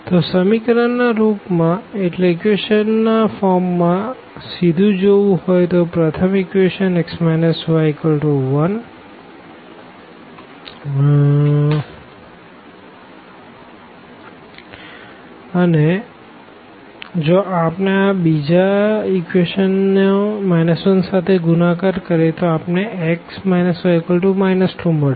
તો ઇક્વેશન ના રૂપ માં સીધું જોવું હોઈ તો પ્રથમ ઇક્વેશન છે x y1 અને જો આપણે આ બીજા ઇક્વેશન નો 1 સાથે ગુણાકાર કરીએ તો આપણને x y 2 મળશે